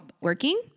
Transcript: working